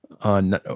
on